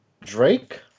Drake